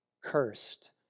cursed